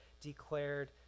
declared